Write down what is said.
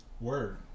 word